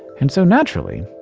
and so naturally,